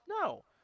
no